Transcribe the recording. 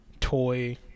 toy